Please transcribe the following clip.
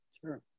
Sure